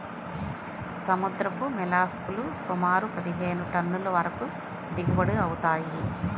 సముద్రపు మోల్లస్క్ లు సుమారు పదిహేను టన్నుల వరకు దిగుబడి అవుతాయి